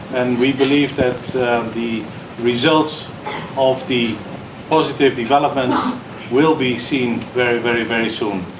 and we believe that the results of the positive developments will be seen very, very very soon.